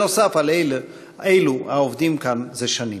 נוסף על אלו העובדים כאן זה שנים.